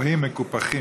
בכלל.